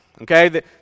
Okay